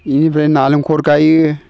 बेनिफ्राय नारेंखल गायो